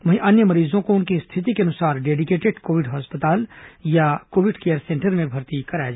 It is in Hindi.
वहीं अन्य मरीजों को उनकी स्थिति के अनुसार डेडीकेटेड कोविड अस्पताल या कोविड केयर सेंटर में भर्ती कराया जाए